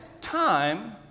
time